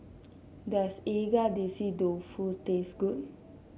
does Agedashi Dofu taste good